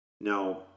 Now